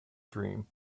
dream